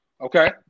okay